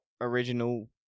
original